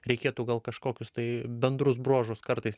reikėtų gal kažkokius tai bendrus bruožus kartais